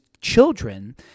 children